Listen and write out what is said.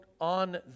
on